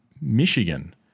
Michigan